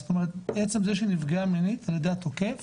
עצם זה שהיא נפגעה מינית ע"י התוקף